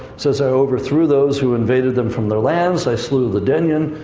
says i overthrew those who invaded them from their lands. i slew the denyen,